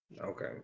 Okay